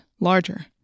larger